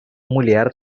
mulher